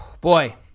Boy